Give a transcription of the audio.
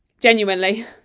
Genuinely